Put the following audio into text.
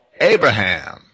Abraham